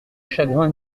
chagrin